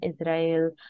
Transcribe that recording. Israel